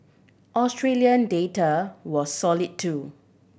Australian data was solid too